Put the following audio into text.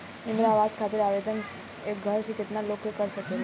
इंद्रा आवास खातिर आवेदन एक घर से केतना लोग कर सकेला?